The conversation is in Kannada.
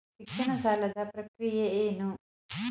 ಶಿಕ್ಷಣ ಸಾಲದ ಪ್ರಕ್ರಿಯೆ ಏನು?